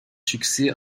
succès